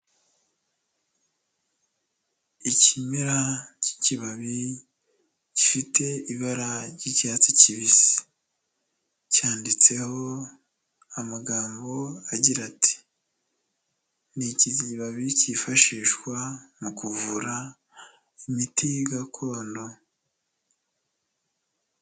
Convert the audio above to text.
Ikimera k'ikibabi gifite ibara ry'icyatsi kibisi cyanditseho amagambo agira ati ni iki kibabi cyifashishwa mu kuvura imiti gakondo.